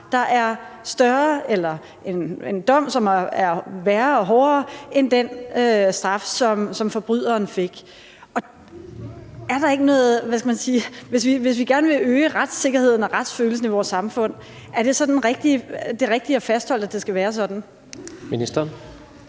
hårdere – en dom, som er værre og hårdere – end den straf, som forbryderen fik. Hvis vi gerne vil øge retssikkerheden og retsfølelsen i vores samfund, er det så det rigtige at fastholde, at det skal være sådan? Kl.